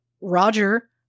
Roger